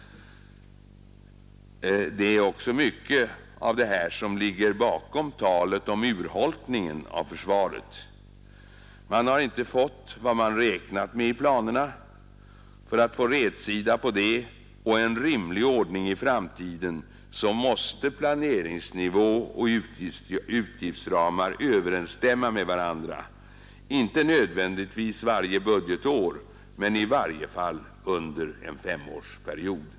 Det är också mycket av detta som ligger bakom talet om urholkningen av försvaret. Man har inte fått vad man räknat med i planerna. För att man skall få rätsida på det och få en rimlig ordning i framtiden måste planeringsnivå och utgiftsramar överensstämma med varandra — inte nödvändigtvis varje budgetår men i varje fall under en femårsperiod.